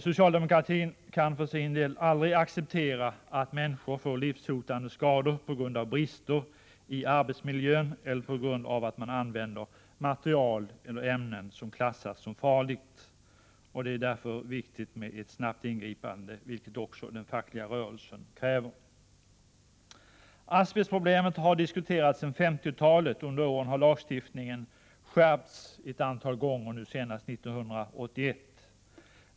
Socialdemokratin kan för sin del aldrig acceptera att människor får livshotande skador på grund av brister i arbetsmiljön eller på grund av att man använder material eller ämnen som klassas som farliga. Det är därför viktigt med ett snabbt ingripande, vilket också den fackliga rörelsen kräver. Asbestproblemet har diskuterats sedan 1950-talet och under åren har lagstiftningen skärpts ett antal gånger, senast 1981.